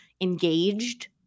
engaged